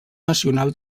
nacional